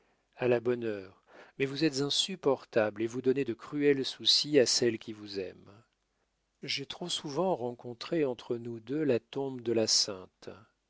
à la bonne heure mais vous êtes insupportable et vous donnez de cruels soucis à celle qui vous aime j'ai trop souvent rencontré entre nous deux la tombe de la sainte